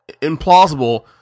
implausible